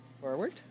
Forward